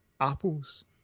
Apple's